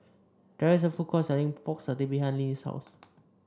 there is a food court selling Pork Satay behind Linnie's house